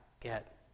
get